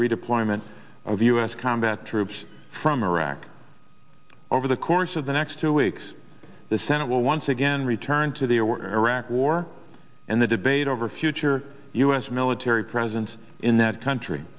redeployment of u s combat troops from iraq over the course of the next two weeks the senate will once again return to the order arac war and the debate over future u s military presence in that country